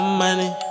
money